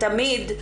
מקצועיים,